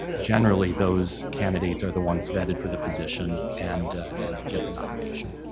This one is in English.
generally those candidates are the ones vetted for the position and and get the nomination.